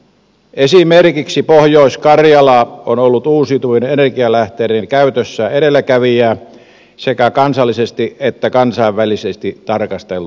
esimerkiksi pohjois karjala on ollut uusiutuvien energialähteiden käytössä edelläkävijä sekä kansallisesti että kansainvälisesti tarkasteltuna